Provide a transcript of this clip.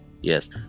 yes